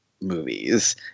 movies